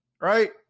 right